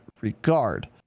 regard